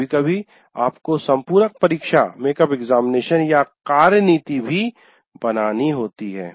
कभी कभी आपको सपुरक परीक्षा या कार्य नीति भी बनानी होती है